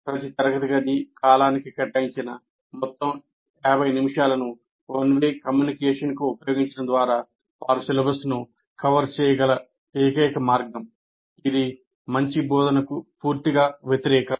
ప్రతి తరగతి గది కాలానికి కేటాయించిన మొత్తం 50 నిమిషాలను వన్ వే కమ్యూనికేషన్కు ఉపయోగించడం ద్వారా వారు సిలబస్ను కవర్ చేయగల ఏకైక మార్గం ఇది మంచి బోధనకు పూర్తిగా వ్యతిరేకం